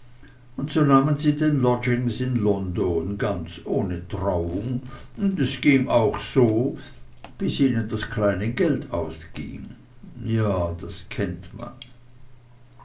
und so nahmen sie denn lodgings in london ganz ohne trauung und es ging auch so bis ihnen das kleine geld ausging ja das kennt man